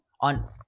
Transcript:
on